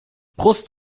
brust